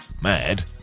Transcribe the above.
mad